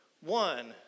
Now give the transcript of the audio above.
one